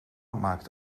maakt